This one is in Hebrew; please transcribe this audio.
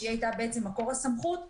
שהיא הייתה מקור הסמכות,